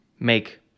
make